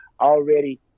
already